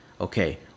Okay